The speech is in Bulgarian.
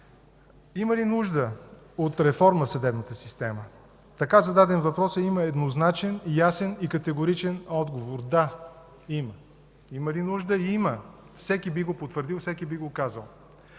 има ли нужда от реформа в съдебната система? Така зададен въпросът има еднозначен, ясен и категоричен отговор – да, има. Има ли нужда? Има! Всеки би го потвърдил, всеки би го казал.